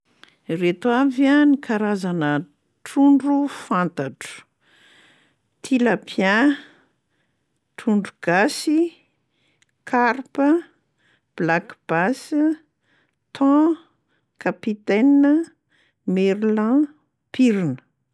Reto avy a ny karazana trondro fantatro: tilapia, trondro gasy, karpa, black bass, thon, capitaine, merlan, pirina.